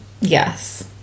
Yes